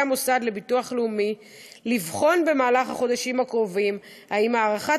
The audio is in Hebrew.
המוסד לביטוח לאומי לבחון במהלך החודשים הקרובים האם הארכת